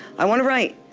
i want to write.